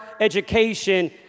education